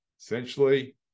Essentially